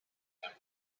and